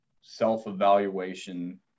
self-evaluation